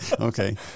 Okay